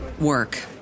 work